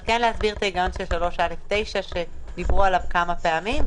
אני רוצה להסביר את ההיגיון של 3(א)(9) שדיברו עליו כמה פעמים,